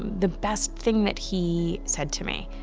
the best thing that he said to me,